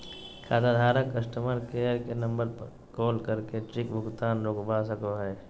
खाताधारक customer care के number पर कॉल करके चेक भुगतान रोकवा सको हय